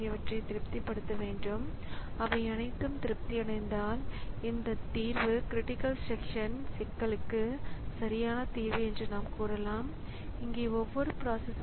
அதற்கிடையில் CPU அறிவுறுத்தல்களுக்கு இடையில் உள்ள குறுக்கீடு இயக்குகிறதா அல்லது இரண்டு வழிமுறைகளுக்கு இடையில் குறுக்கீடு ஏற்பட்டதா இல்லையா என்பதை சரிபார்க்கிறது